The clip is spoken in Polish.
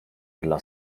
dla